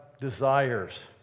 desires